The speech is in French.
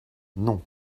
non